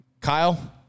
Kyle